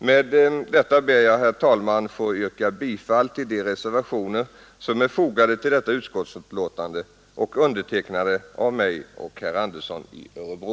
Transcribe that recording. Med detta ber jag, herr talman, att få yrka bifall till de reservationer vid näringsutskottets betänkande nr 62 som är undertecknade av mig och av herr Andersson i Örebro.